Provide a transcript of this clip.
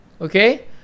Okay